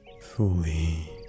fully